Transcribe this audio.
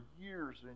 years